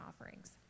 offerings